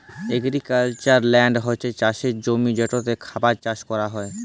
agricultural land হছে চাষের জমি যেটতে খাবার চাষ ক্যরা হ্যয়